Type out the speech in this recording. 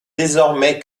désormais